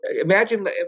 imagine